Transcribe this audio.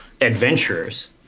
adventurers